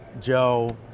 Joe